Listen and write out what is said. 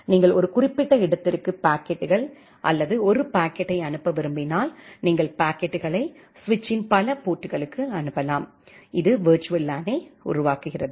நீங்கள் ஒரு குறிப்பிட்ட இடத்திற்கு பாக்கெட்டுகள் அல்லது ஒரு பாக்கெட்டை அனுப்ப விரும்பினால் நீங்கள் பாக்கெட்டுகளை சுவிட்சின் பல போர்ட்களுக்கு அனுப்பலாம் இது விர்ச்சுவல் லேனை உருவாக்குகிறது